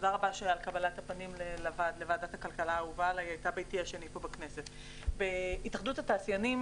אני מודה לוועדת הכלכלה האהובה על קבלת הפנים,